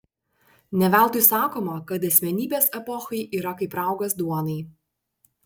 ne veltui sakoma kad asmenybės epochai yra kaip raugas duonai